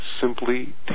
simply